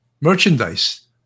merchandise